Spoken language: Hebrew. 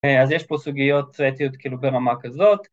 ‫אז יש פה סוגיות ‫אתיות כאילו ברמה כזאת.